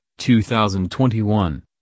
2021